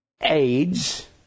AIDS